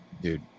dude